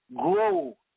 Grow